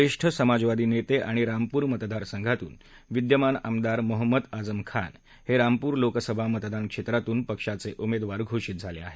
ज्येष्ठ समाजवादी नेते आणि रामपूर मतदानसंघातून विद्यमान आमदार मोहम्मद आझम खान हे रामपूर लोकसभा मतदान क्षेत्रातून पक्षाचे उमेदवार घोषीत झाले आहेत